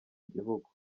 gihugu